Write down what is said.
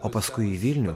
o paskui į vilnių